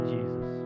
Jesus